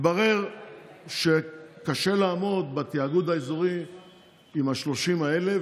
התברר שקשה לעמוד בתיאגוד האזורי עם ה-30 האלה,